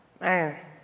Man